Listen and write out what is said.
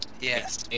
Yes